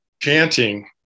chanting